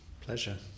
pleasure